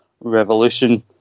Revolution